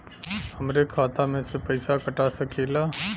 हमरे खाता में से पैसा कटा सकी ला?